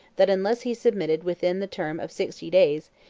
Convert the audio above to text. that, unless he submitted within the term of sixty days,